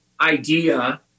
idea